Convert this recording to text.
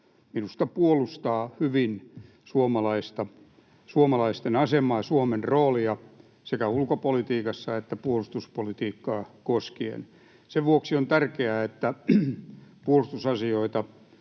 minusta puolustaa hyvin suomalaisten asemaa, Suomen roolia sekä ulkopolitiikassa että puolustuspolitiikkaa koskien. Sen vuoksi on tärkeää, että puolustusasioita